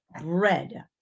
bread